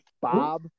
Bob